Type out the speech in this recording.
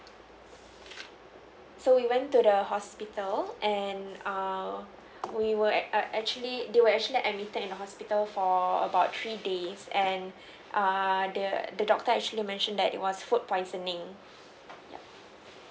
so we went to the hospital and err we were ac~ err actually did actually admitted in hospital for about three days and err the the doctor actually mentioned that it was food poisoning yup